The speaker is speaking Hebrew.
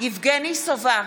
יבגני סובה,